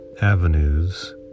avenues